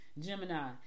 gemini